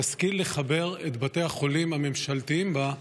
תשכיל לחבר את בתי החולים הממשלתיים בה,